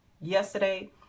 Yesterday